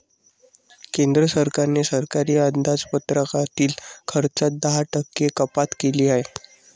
केंद्र सरकारने सरकारी अंदाजपत्रकातील खर्चात दहा टक्के कपात केली आहे